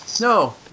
No